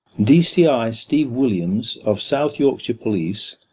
dci steve williams of south yorkshire police,